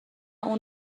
اون